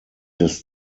des